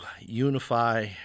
unify